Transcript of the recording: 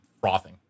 frothing